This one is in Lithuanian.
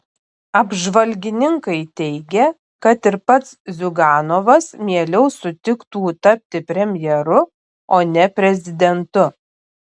apžvalgininkai teigia kad ir pats ziuganovas mieliau sutiktų tapti premjeru o ne prezidentu